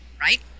right